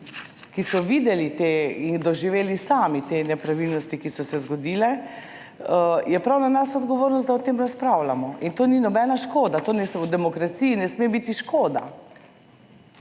ki so videli te in doživeli sami te nepravilnosti, ki so se zgodile, je prav na nas odgovornost, da o tem razpravljamo. In to ni nobena škoda, to ne v demokraciji ne sme biti škoda.